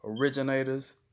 originators